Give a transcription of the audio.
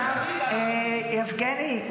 יבגני,